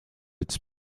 its